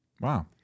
Wow